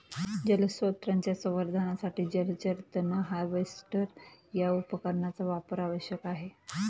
जलस्रोतांच्या संवर्धनासाठी जलचर तण हार्वेस्टर या उपकरणाचा वापर आवश्यक आहे